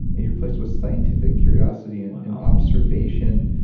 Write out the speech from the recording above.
and your place was scientific curiosity and observation.